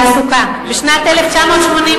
תעסוקה: בשנת 1980,